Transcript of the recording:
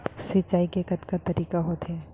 सिंचाई के कतका तरीक़ा होथे?